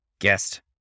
guest